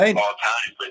all-time